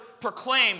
proclaim